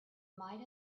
might